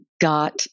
got